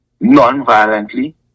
non-violently